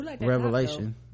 revelation